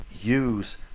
use